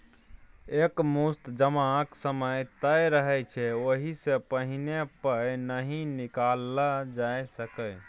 एक मुस्त जमाक समय तय रहय छै ओहि सँ पहिने पाइ नहि निकालल जा सकैए